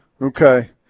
Okay